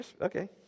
Okay